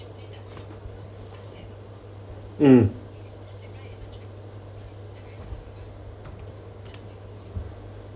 mm